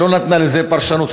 לא נתנה לזה פרשנות,